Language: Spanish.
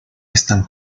están